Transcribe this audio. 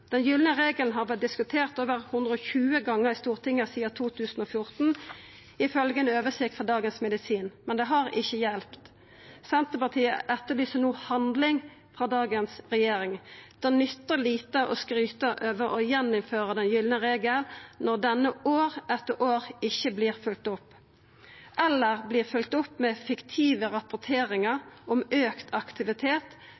Den gylne regel har vore diskutert over 120 gonger i Stortinget sidan 2014, ifølgje ei oversikt frå Dagens Medisin, men det har ikkje hjelpt. Senterpartiet etterlyser no handling frå dagens regjering. Det nyttar lite å skryta av å innføra den gylne regel igjen når han år etter år ikkje vert følgt opp, eller vert følgt opp med